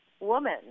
woman